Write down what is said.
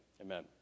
Amen